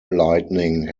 lighting